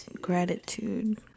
Gratitude